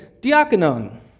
diaconon